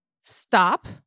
stop